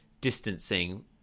distancing